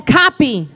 copy